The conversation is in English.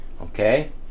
Okay